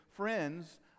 friends